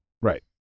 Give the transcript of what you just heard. Right